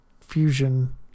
Fusion